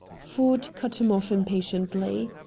ford cut him off impatiently.